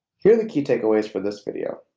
here are the key takeaways for this video